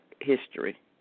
history